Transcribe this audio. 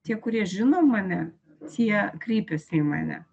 tie kurie žino mane tie kreipias į mane